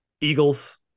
Eagles